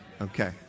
Okay